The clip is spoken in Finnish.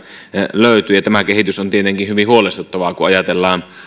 löytyy ja tämä kehitys on tietenkin hyvin huolestuttavaa kun ajatellaan